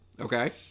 Okay